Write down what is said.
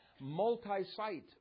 multi-site